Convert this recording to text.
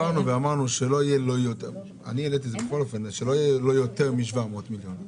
אמרנו שלא יהיה "ולא יותר מסכום של 700 מיליון שקלים".